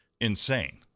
insane